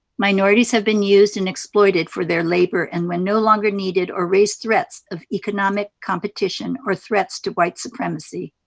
minorities have been useded and exploited for their labor and, when no longer needed or raise threats of economic competition or threats to white supremacy,